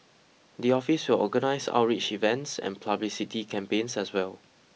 the office will organise outreach events and publicity campaigns as well